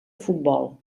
futbol